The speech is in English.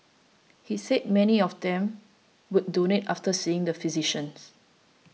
he said many of them would donate after seeing the physicians